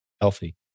healthy